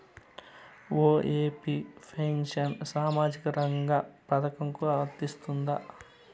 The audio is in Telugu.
ఒ.ఎ.పి పెన్షన్ సామాజిక రంగ పథకం కు వస్తుందా?